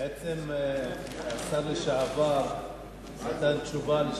בעצם, השר לשעבר נתן תשובה על שאלתי.